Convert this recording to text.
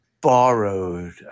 borrowed